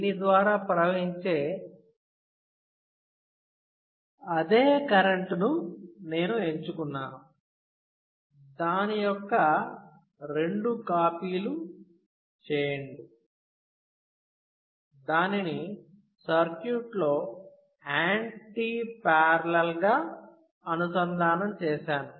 దీని ద్వారా ప్రవహించే అదే కరెంట్ను నేను ఎంచుకున్నాను దాని యొక్క రెండు కాపీలు చేయండి దానిని సర్క్యూట్లో యాంటి పార్లల్ గా అనుసంధానం చేశాను